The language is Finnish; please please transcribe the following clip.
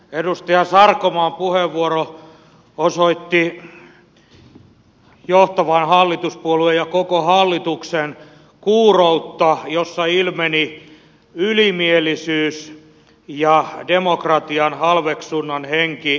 edustaja sarkomaan puheenvuoro osoitti johtavan hallituspuolueen ja koko hallituksen kuuroutta jossa ilmeni ylimielisyys ja demokratian halveksunnan henki